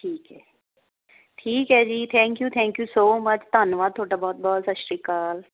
ਠੀਕ ਹੈ ਠੀਕ ਹੈ ਜੀ thank you thank you so much ਧੰਨਵਾਦ ਤੁਹਾਡਾ ਬਹੁਤ ਬਹੁਤ ਸਤਿ ਸ਼੍ਰੀ ਅਕਾਲ